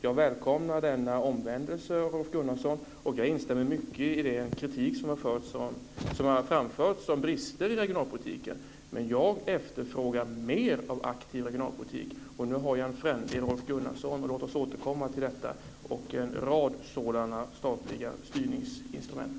Jag välkomnar denna omvändelse, Rolf Gunnarsson, och jag instämmer mycket i den kritik som har framförts om brister i regionalpolitiken. Men jag efterfrågar mer av aktiv regionalpolitik. Och nu har jag en frände i Rolf Gunnarsson. Låt oss återkomma till detta och en rad sådana statliga styrningsinstrument.